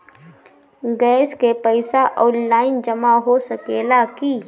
Gas के पइसा online जमा हो सकेला की?